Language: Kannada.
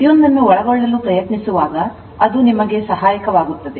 ಪ್ರತಿಯೊಂದನ್ನು ಒಳಗೊಳ್ಳಲು ಪ್ರಯತ್ನಿಸುವಾಗ ಅದು ನಿಮಗೆ ಸಹಾಯಕವಾಗುತ್ತದೆ